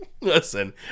Listen